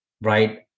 right